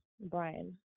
Brian